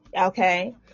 okay